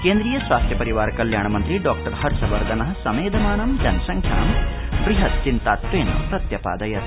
केन्द्रीय स्वास्थ्य परिवार कल्याण मन्त्री डॉक्टर हर्षवर्धन समेधमानां जनसंख्यां बृहच्चिन्तात्वेन प्रत्यपादयत्